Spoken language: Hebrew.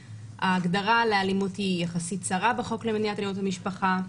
ההגדרה לאלימות היא יחסית צרה בחוק למניעת אלימות במשפחה.